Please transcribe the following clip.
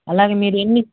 అలాగే మీరేన్ని